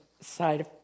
side